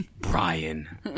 Brian